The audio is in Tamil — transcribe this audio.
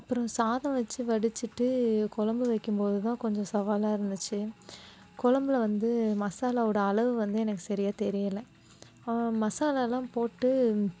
அப்புறோம் சாதம் வச்சு வடிச்சிட்டு கொழம்பு வைக்கும் போது தான் கொஞ்சம் சவாலாகருந்துச்சு கொழம்புல வந்து மசாலாவோடய அளவு வந்து எனக்கு சரியாக தெரியலை மசாலாலாம் போட்டு